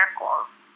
Miracles